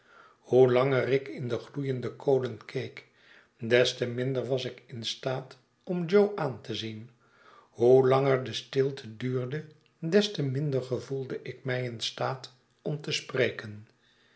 hoe langer ik in de gloeiende kolen keek des te minder was ik in staat om jo aan te zien hoe langer de stilte duurde des te minder gevoelde ik mij in staat om te spreken